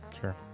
Sure